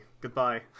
Goodbye